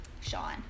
Sean